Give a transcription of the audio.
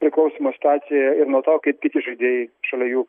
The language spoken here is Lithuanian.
priklauso nuo situacija ir nuo to kaip kiti žaidėjai šalia jų